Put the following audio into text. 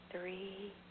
Three